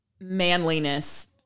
manliness